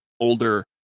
older